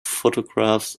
photographs